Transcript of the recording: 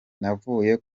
navuye